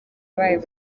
bayo